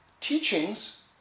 teachings